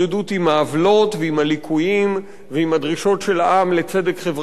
העוולות ועם הליקויים ועם הדרישות של העם לצדק חברתי.